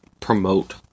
promote